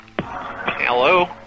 Hello